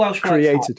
created